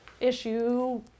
issue